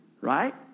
right